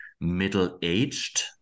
middle-aged